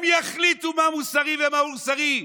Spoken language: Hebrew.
הם יחליטו מה מוסרי ומה לא מוסרי?